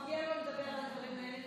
מגיע לו לדבר על הדברים האלה,